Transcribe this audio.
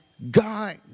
God